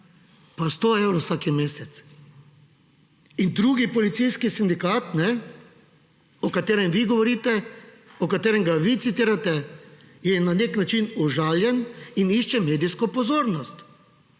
po 100 evrov vsak mesec. Drugi policijski sindikat, o katerem vi govorite, katerega ga vi citirate, je na nek način užaljen in išče medijsko pozornost.